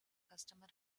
customer